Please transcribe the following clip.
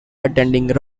attending